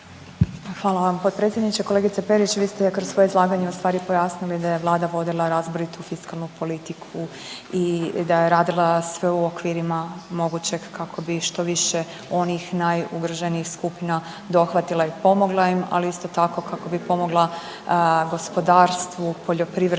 Hvala vam potpredsjedniče. Kolegice Perić vi ste kroz svoje izlaganje ustvari pojasnili da je Vlada vodila razboritu fiskalnu politiku i da je radila sve u okvirima mogućeg kako bi što više onih najugroženijih skupina dohvatila i pomogla ima, ali isto kako bi pomogla gospodarstvu, poljoprivrednicima